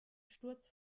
sturz